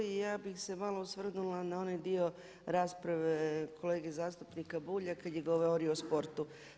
Ja bih se malo osvrnula na onaj dio rasprave kolege zastupnika Bulja kada je govorio o sportu.